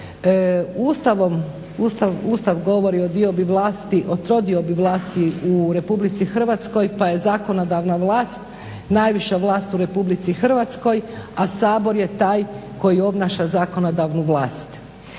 Ustav govori o trodiobi vlasti u RH pa je zakonodavna vlast najviša vlast u RH, a Sabor je taj koji obnaša zakonodavnu vlast.